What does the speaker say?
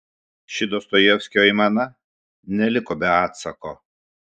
ši dostojevskio aimana neliko be atsako